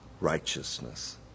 righteousness